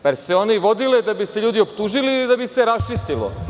Da li su se one vodile da bi se ljudi optužili ili da bi se raščistilo?